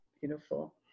Beautiful